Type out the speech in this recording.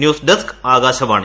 news desk Akashvani